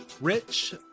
rich